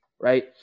right